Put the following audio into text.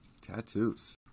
tattoos